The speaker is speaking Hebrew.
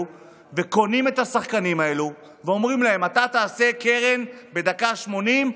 וקונים את השחקנים האלו ואומרים להם: אתה תעשה קרן בדקה 80,